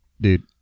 Dude